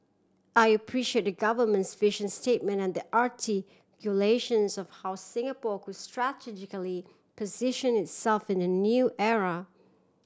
I appreciate the Government's vision statement and the articulations of how Singapore could strategically position itself in the new era